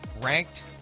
ranked